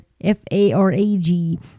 F-A-R-A-G